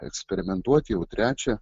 eksperimentuoti jau trečią